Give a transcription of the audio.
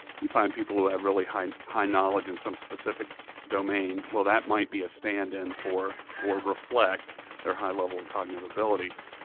you find people who have really high high knowledge in some specific domain, well, that might be a stand-in for or reflect their high level of cognitive ability,